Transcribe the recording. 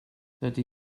dydy